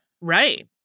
Right